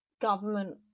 government